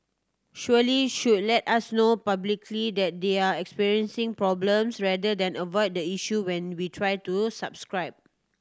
surely should let us know publicly that they're experiencing problems rather than avoid the issue when we try to subscribe